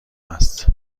است